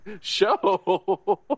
show